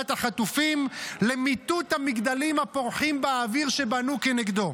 החטופים למיטוט המגדלים הפורחים באוויר שבנו כנגדו.